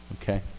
Okay